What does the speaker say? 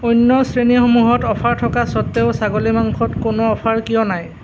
অন্য শ্ৰেণীসমূহত অ'ফাৰ থকা স্বত্তেও ছাগলী মাংসত কোনো অ'ফাৰ কিয় নাই